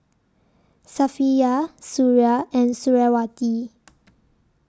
Safiya Suria and Suriawati